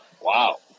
Wow